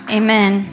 amen